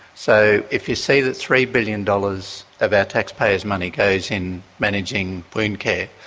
so if you see that three billion dollars of our taxpayers' money goes in managing wound care,